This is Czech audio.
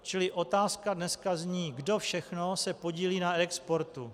Čili otázka dneska zní: Kdo všechno se podílí na reexportu?